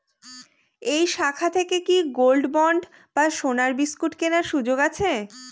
এই শাখা থেকে কি গোল্ডবন্ড বা সোনার বিসকুট কেনার সুযোগ আছে?